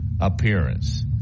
appearance